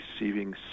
receiving